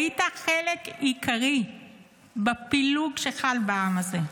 היית חלק עיקרי בפילוג שחל בעם הזה.